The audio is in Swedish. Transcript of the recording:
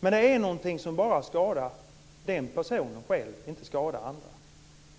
Men det är någonting som bara skadar den personen själv, inte andra.